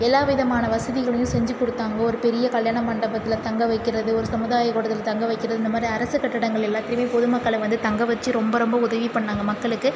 எல்லா விதமான வசதிகளையும் செஞ்சுக் கொடுத்தாங்க ஒரு பெரிய கல்யாண மண்டபத்தில் தங்க வைக்கிறது ஒரு சமுதாயக்கூடத்தில் தங்க வைக்கிறது இந்த மாதிரி அரசுக் கட்டடங்கள் எல்லாத்துலியுமே பொதுமக்களை வந்து தங்க வச்சு ரொம்ப ரொம்ப உதவிப் பண்ணாங்க மக்களுக்கு